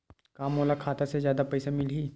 का मोला खाता से जादा पईसा मिलही?